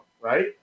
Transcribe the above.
right